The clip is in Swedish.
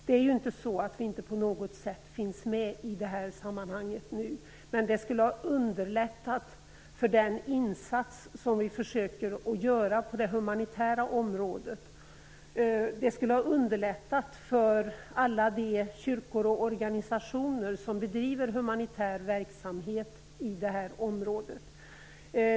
Det är inte så att vi inte på något sätt finns med i detta sammanhang nu, men det skulle ha underlättat för den insats som vi försöker göra på det humanitära området. Det skulle ha underlättat för alla de kyrkor och organisationer som bedriver humanitär verksamhet i detta område.